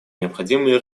необходимые